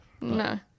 No